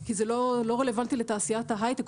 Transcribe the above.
כי זה לא רלוונטי לתעשיית ההייטק,